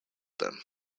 them